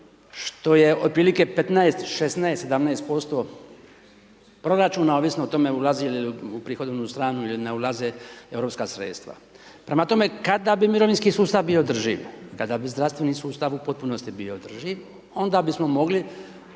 što je otprilike 15, 16, 17% proračuna ovisno o tome ulazi li u prihodovnu stranu ili ne ulaze europska sredstva. Prema tome, kada bi mirovinski sustav bio održiv? Kada bi zdravstveni sustav u potpunosti bio održiv onda bismo mogli